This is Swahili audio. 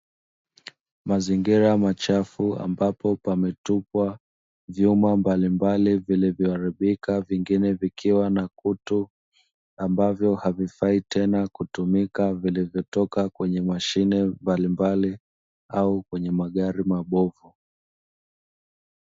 Mazingira machafu ambapo pametupwa vyuma mbalimbali vilivyo aribika vingine vikiwa na kutu, ambavyo havifai tena kutumika vilivyotoka kwenye mashine mbalimbali au kwenye magari mabovu.